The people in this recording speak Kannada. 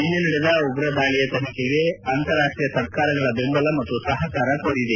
ನಿನ್ನೆ ನಡೆದ ಉಗ್ರರ ದಾಳಿಯ ತನಿಖೆಗೆ ಅಂತಾರಾಷ್ಷೀಯ ಸರ್ಕಾರಗಳ ಬೆಂಬಲ ಮತ್ತು ಸಹಕಾರ ಕೋರಿದೆ